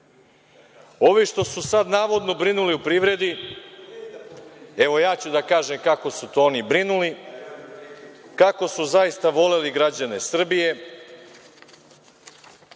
što su sad, navodno, brinuli o privredi, evo ja ću da kažem kako su to oni brinuli, kako su zaista voleli građane Srbije,